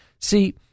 See